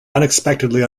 unexpectedly